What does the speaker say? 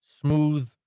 smooth